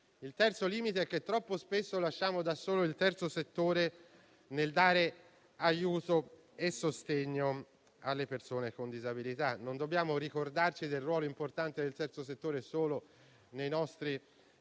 Il terzo limite è che troppo spesso lasciamo da solo il terzo settore nel dare aiuto e sostegno alle persone con disabilità. Non dobbiamo ricordarci del ruolo importante del terzo settore solo nei nostri